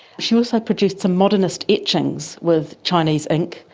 she also produced some modernist etchings with chinese ink,